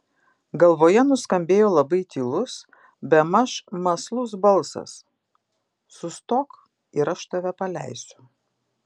galvoje nuskambėjo labai tylus bemaž mąslus balsas sustok ir aš tave paleisiu